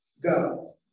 go